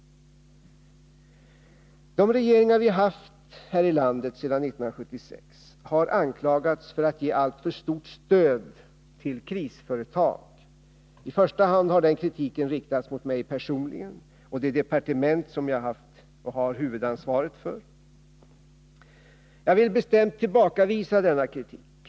De regeringar som vi har haft i Sverige sedan 1976 har anklagats för att ge alltför stort stöd till krisföretag. I första hand har den kritiken riktats mot mig personligen och det departement som jag har haft och har huvudansvaret för. Jag vill bestämt tillbakavisa denna kritik.